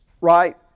Right